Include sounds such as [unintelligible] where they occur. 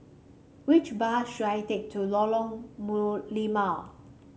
which bus should I take to Lorong [unintelligible] Limau